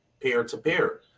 peer-to-peer